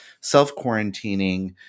self-quarantining